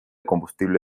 combustible